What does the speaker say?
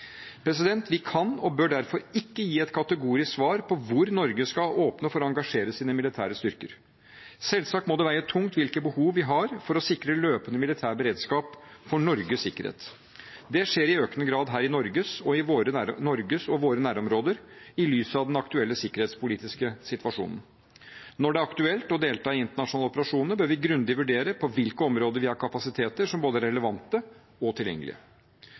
grunnlag. Vi kan og bør derfor ikke gi et kategorisk svar på hvor Norge skal åpne for å engasjere sine militære styrker. Selvsagt må det veie tungt hvilke behov vi har for å sikre løpende militær beredskap for Norges sikkerhet. Det skjer i økende grad her i Norge og i våre nærområder, i lys av den aktuelle sikkerhetspolitiske situasjonen. Når det er aktuelt å delta i internasjonale operasjoner, bør vi grundig vurdere på hvilke områder vi har kapasiteter som er både relevante og tilgjengelige.